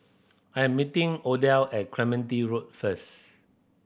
I'm meeting Odell at Clementi Road first